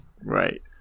Right